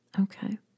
Okay